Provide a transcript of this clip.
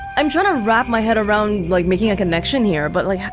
i'm trying to wrap my head around like making a connection here, but like,